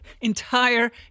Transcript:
entire